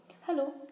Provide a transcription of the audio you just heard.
Hello